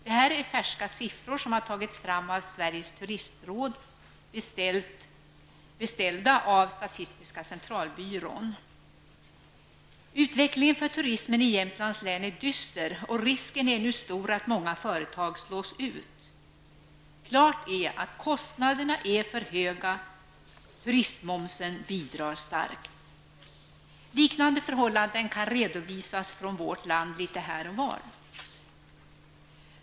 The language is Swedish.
Detta är färska siffror, som har tagits fram av Jämtlands län är dyster, och risken är nu stor att många företag slås ut. Klart är att kostnaderna är för höga, och till detta bidrar turistmomsen starkt. Liknande förhållanden kan redovisas från andra håll i landet litet här och var.